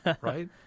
Right